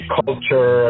culture